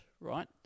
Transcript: right